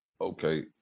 Okay